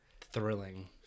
Thrilling